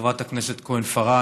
לחברת הכנסת כהן-פארן,